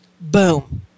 Boom